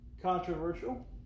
controversial